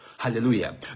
Hallelujah